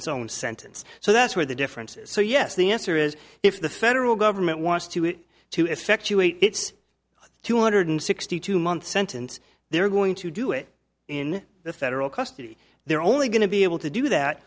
its own sentence so that's where the difference is so yes the answer is if the federal government wants to it to effectuate its two hundred sixty two month sentence they're going to do it in the federal custody they're only going to be able to do that